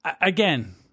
Again